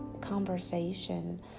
conversation